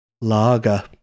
Lager